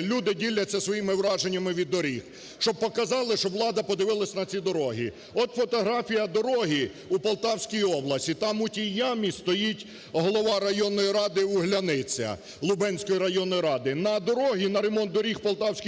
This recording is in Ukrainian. люди діляться своїми враженнями від доріг. Щоб показали, щоб влада подивилася на ці дороги. От фотографія дороги у Полтавській області, там у тій ямі стоїть голова районної ради Угляниця, Лубенської районної ради. На дроги, на ремонт дорогі в Полтавській області